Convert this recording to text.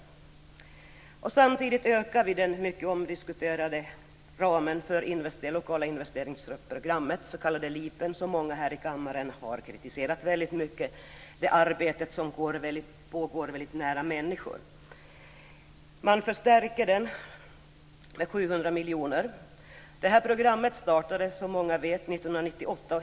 Samtidigt ökar vi den mycket omdiskuterade ramen för lokala investeringsprogram, LIP, som många här i kammaren har kritiserat mycket. Det är ett arbete som pågår nära människor. Man förstärker det med 700 miljoner kronor. Det här programmet startade som många vet 1998.